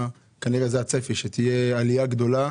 הצפי שתהיה עלייה גדולה